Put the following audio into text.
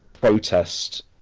protest